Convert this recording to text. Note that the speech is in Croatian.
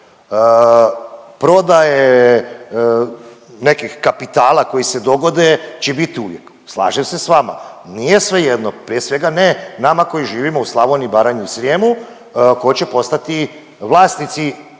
Prodaje nekih kapitala koji se dogode će bit uvijek, slažem se s vama. Nije svejedno prije svega ne nama koji živimo u Slavoniji, Baranji i u Srijemu ko će postati vlasnici